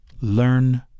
Learn